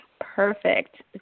Perfect